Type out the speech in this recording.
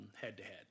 head-to-head